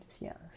yes